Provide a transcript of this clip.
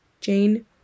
Jane